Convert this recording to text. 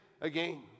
again